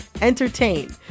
entertain